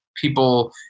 people